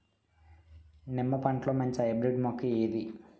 నిమ్మ పంటలో మంచి హైబ్రిడ్ మొక్క ఏది?